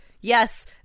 yes